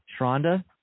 Shronda